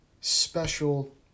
special